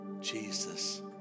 Jesus